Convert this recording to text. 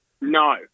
No